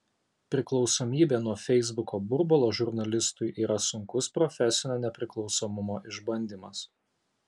priklausomybė nuo feisbuko burbulo žurnalistui yra sunkus profesinio nepriklausomumo išbandymas